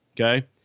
okay